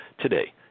Today